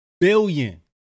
billion